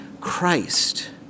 Christ